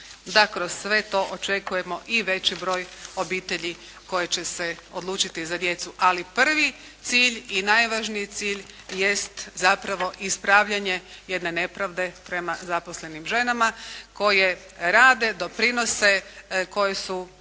da kroz sve to očekujemo i veći broj obitelji koje će se odlučiti za djecu. Ali prvi cilj i najvažniji cilj jest zapravo ispravljanje jedne nepravde prema zaposlenim ženama koje rade, doprinose. Koje su